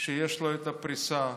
שיש לו את הפריסה,